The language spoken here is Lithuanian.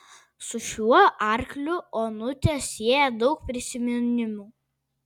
su šiuo arkliu onutę sieja daug prisiminimų